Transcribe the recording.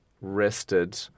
rested